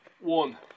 One